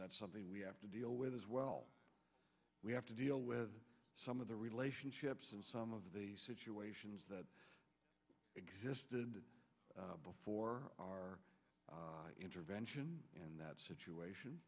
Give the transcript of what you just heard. that's something we have to deal with as well we have to deal with some of the relationships and some of the situations that existed before our intervention in that situation